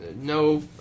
No